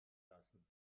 lassen